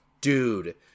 dude